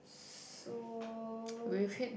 so